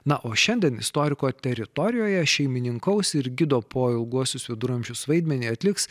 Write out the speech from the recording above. na o šiandien istoriko teritorijoje šeimininkaus ir gido po ilguosius viduramžius vaidmenį atliks